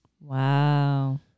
wow